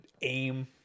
aim